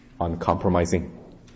uncompromising